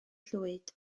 llwyd